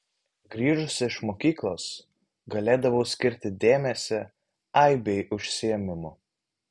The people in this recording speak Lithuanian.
grįžusi iš mokyklos galėdavau skirti dėmesį aibei užsiėmimų